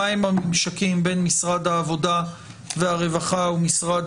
מהם הממשקים בין משרד העבודה והרווחה ומשרד